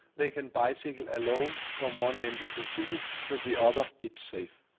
they can bicycle alone from one end of the city to the other. it's safe.